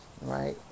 Right